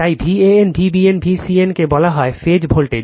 তাই Van Vbn Vcn কে বলা হয় ফেজ ভোল্টেজ